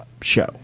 show